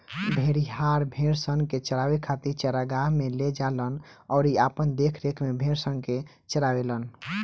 भेड़िहार, भेड़सन के चरावे खातिर चरागाह में ले जालन अउरी अपना देखरेख में भेड़सन के चारावेलन